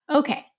Okay